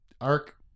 arc